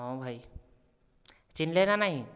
ହଁ ଭାଇ ଚିହ୍ନିଲେ ନା ନାହିଁ